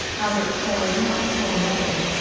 albert's soul did not soar readily.